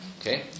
Okay